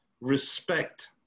respect